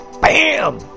Bam